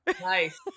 Nice